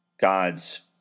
God's